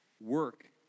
work